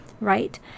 right